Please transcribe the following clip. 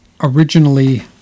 originally